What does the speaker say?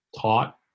taught